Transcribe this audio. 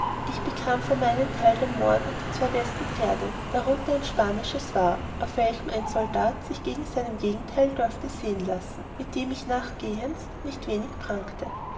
ich bekam vor mein teil den mohren und die zwei besten pferde darunter ein spanisches war auf welchem ein soldat sich gegen seinem gegenteil dorfte sehen lassen mit dem ich nachgehends nicht wenig prangte